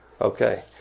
Okay